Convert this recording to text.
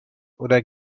oder